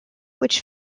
which